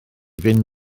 fynd